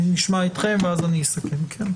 נשמע אתכם, ואז אני אסכם, כן.